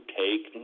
take